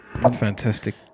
fantastic